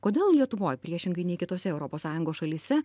kodėl lietuvoj priešingai nei kitose europos sąjungos šalyse